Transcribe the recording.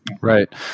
Right